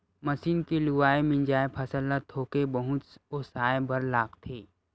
machine के लुवाए, मिंजाए फसल ल थोके बहुत ओसाए बर लागथे